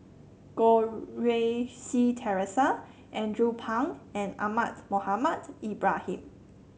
Goh Rui Si Theresa Andrew Phang and Ahmad Mohamed Ibrahim